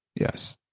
yes